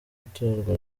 itorwa